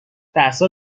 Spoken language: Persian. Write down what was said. درسا